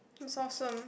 is awesome